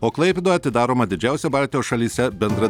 o klaipėdoje atidaroma didžiausia baltijos šalyse bendra